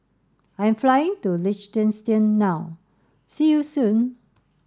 I'm flying to Liechtenstein now see you soon